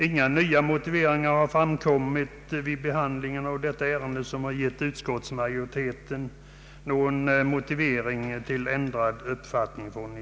Inga nya motiveringar, som givit anledning till ändrad uppfattning från i fjol, har framkommit vid utskottsbehandlingen av detta ärende.